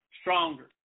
stronger